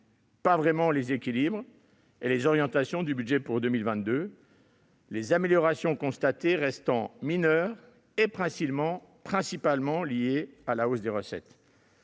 pas vraiment les grands équilibres et les orientations du budget pour 2022, les améliorations constatées restant mineures et principalement liées à la hausse des recettes.